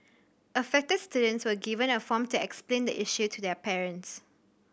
affected students were given a form to explain the issue to their parents